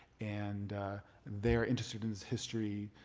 and they're interested in history.